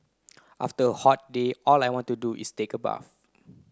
after a hot day all I want to do is take a bath